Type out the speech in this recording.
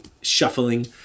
shuffling